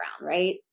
right